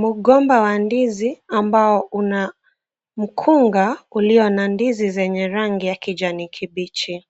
Mgomba wa ndizi ambao una mkunga uliyo na ndizi zenye rangi ya kijani kibichi.